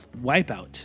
Wipeout